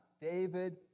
David